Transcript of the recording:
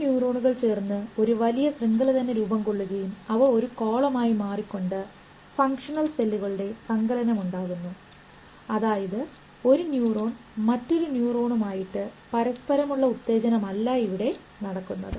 ഈ ന്യൂറോണുകൾ ചേർന്ന് ഒരു വലിയ ശൃംഖല തന്നെ രൂപംകൊള്ളുകയും അവ ഒരു കോളം ആയി മാറി കൊണ്ട് ഫങ്ക്ഷണൽ സെല്ലുകളുടെ സങ്കലനം ഉണ്ടാകുന്നു അതായത് ഒരു ന്യൂറോൺ മറ്റൊരു ന്യൂറോണമായിട്ട് പരസ്പരമുള്ള ഉത്തേജനം അല്ല ഇവിടെ നടക്കുന്നത്